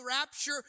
rapture